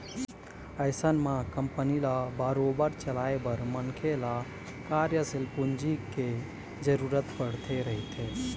अइसन म कंपनी ल बरोबर चलाए बर मनखे ल कार्यसील पूंजी के जरुरत पड़ते रहिथे